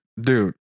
Dude